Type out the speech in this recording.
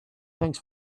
thanks